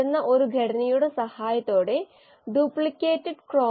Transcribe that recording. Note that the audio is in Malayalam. മൊഡ്യൂൾ 2 ബയോമാസ് സെല്ലുകൾbiomass ബയോ പ്രൊഡക്റ്റുകൾ എന്നിവയിൽ തുടരാം